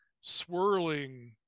swirling